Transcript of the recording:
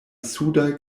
sudaj